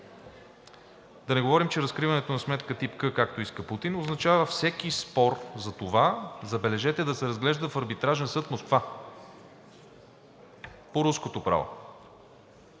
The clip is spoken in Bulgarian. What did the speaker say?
Да не говорим, че разкриването на сметка тип „К“, както иска Путин, означава всеки спор за това, забележете, да се разглежда в Арбитражен съд в Москва по руското право.